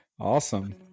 awesome